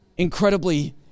Incredibly